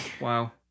Wow